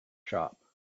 shop